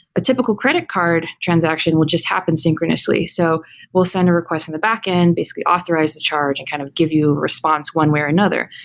a typical credit card transaction will just happen synchronously, so we'll send a request on the back end, basically authorized to charge and kind of give you a response one way or another.